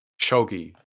shogi